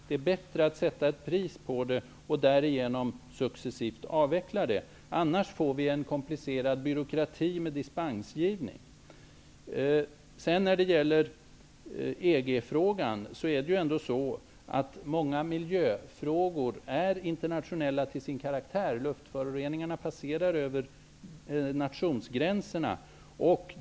Det är bättre att sätta ett pris och därigenom successivt avveckla. Annars får vi en komplicerad byråkrati, med dispensgivning. När det gäller EG-frågan är många miljöfrågor internationella till sin karaktär. Luftföroreningarna passerar över nationsgränserna.